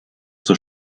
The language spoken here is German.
zur